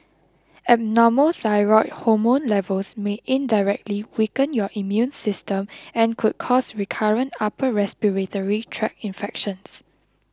abnormal thyroid hormone levels may indirectly weaken your immune system and could cause recurrent upper respiratory tract infections